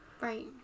right